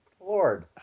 Lord